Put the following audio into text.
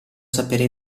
sapere